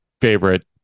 Favorite